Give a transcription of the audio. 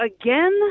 again